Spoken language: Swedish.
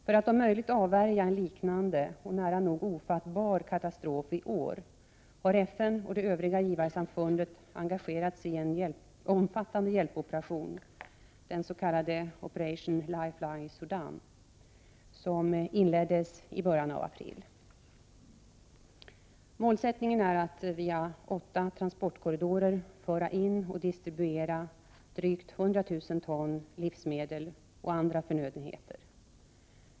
För att om möjligt avvärja en liknande — nära nog ofattbar — katastrof i år har FN och det övriga givarsamfundet engagerat sig i en omfattande hjälpoperation, den s.k. Operation Lifeline Sudan, som inleddes i början av april. Målsättningen är att via åtta transportkorridorer föra in och distribuera drygt 100 000 ton livsmedel och andra förnödenheter.